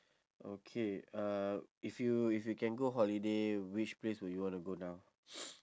okay uh if you if you can go holiday which place would you wanna go now